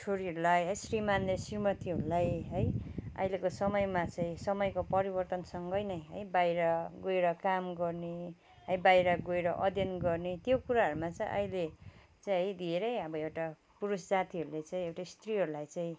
छोरीहरूलाई श्रीमानले श्रीमतीहरूलाई है अहिलेको समयमा चाहिँ समयको परिवर्तनसँगै नै है बाहिर गएर काम गर्ने है बाहिर गएर अध्ययन गर्ने त्यो कुराहरूमा चाहिँ अहिले चाहिँ है धेरै अब एउटा पुरुष जातिहरूले एउटा स्त्रीहरूलाई चाहिँ